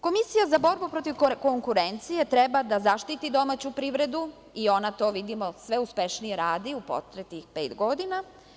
Komisija za borbu protiv konkurencije treba da zaštiti domaću privredu i ona to vidimo, sve uspešnije radi u proteklih pet godina.